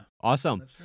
Awesome